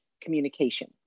communication